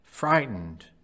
Frightened